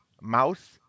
mouse